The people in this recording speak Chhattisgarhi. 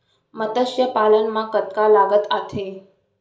मतस्य पालन मा कतका लागत आथे?